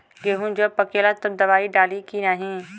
गेहूँ जब पकेला तब दवाई डाली की नाही?